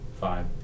Five